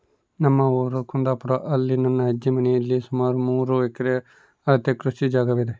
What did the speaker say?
ನಮ್ಮ ಊರು ಕುಂದಾಪುರ, ಅಲ್ಲಿ ನನ್ನ ಅಜ್ಜಿ ಮನೆಯಲ್ಲಿ ಸುಮಾರು ಮೂರು ಎಕರೆ ಅಳತೆಯ ಕೃಷಿ ಜಾಗವಿದೆ